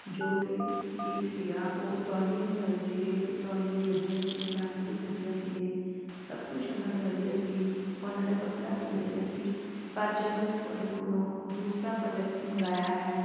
ਜੋ ਕਿ ਠੀਕ ਸੀਗਾ ਉਹ ਤੌਲੀਏ ਮੰਗਵਾਏ ਸੀਗੇ ਇਹ ਤੋਲੀਏ ਵਧੀਆ ਸੀਗੇ ਰੰਗ ਵੀ ਵਧੀਆ ਸੀਗੇ ਸਭ ਕੁਛ ਉਹਨਾਂ ਦਾ ਵਧੀਆ ਸੀ ਉਹਨਾਂ ਦਾ ਕੱਪੜਾ ਵੀ ਵਧੀਆ ਸੀ ਪਰ ਜਦੋਂ ਮੈਂ ਤੁਹਾਡੇ ਕੋਲੋਂ ਦੂਸਰਾ ਪ੍ਰੋਡਕਟ ਮੰਗਾਇਆ ਹੈ